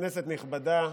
כנסת נכבדה,